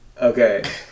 Okay